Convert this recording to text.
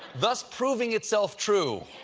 thus proving itself true.